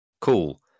cool